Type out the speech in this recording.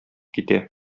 китә